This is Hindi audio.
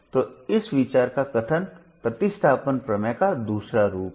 तो इस विचार का कथन प्रतिस्थापन प्रमेय का दूसरा रूप है